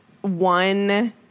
one